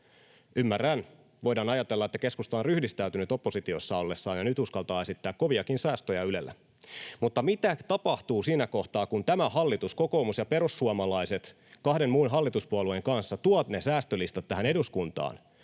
Ymmärrän, voidaan ajatella, että keskusta on ryhdistäytynyt oppositiossa ollessaan ja nyt uskaltaa esittää koviakin säästöjä Ylelle, mutta mitä tapahtuu siinä kohtaa, kun tämä hallitus — kokoomus ja perussuomalaiset kahden muun hallituspuolueen kanssa — tuo ne säästölistat eduskuntaan?